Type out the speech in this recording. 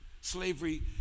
Slavery